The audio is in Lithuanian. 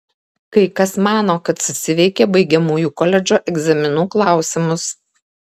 kai kas mano kad susiveikė baigiamųjų koledžo egzaminų klausimus